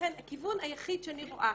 לכן הכיוון היחיד שאני רואה,